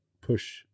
push